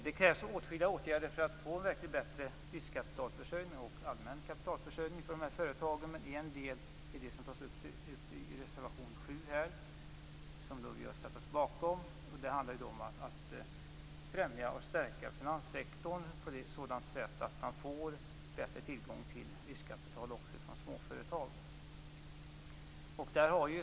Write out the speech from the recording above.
Det krävs åtskilliga åtgärder för att få en verkligt bättre försörjning med riskkapital och med allmänt kapital för dessa företag. Detta är en del av det som tas upp i reservation 7, som vi har ställt oss bakom. Det handlar om att främja och stärka finanssektorn på ett sådant sätt att också småföretag får bättre tillgång till riskkapital.